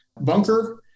bunker